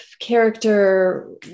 character